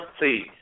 please